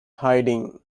hiding